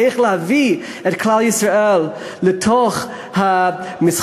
איך להביא את כלל ישראל לתוך המשחק,